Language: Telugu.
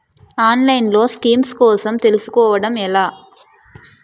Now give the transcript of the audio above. ఆన్లైన్లో స్కీమ్స్ కోసం తెలుసుకోవడం ఎలా?